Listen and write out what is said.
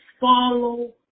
follow